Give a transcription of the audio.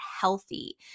healthy